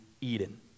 Eden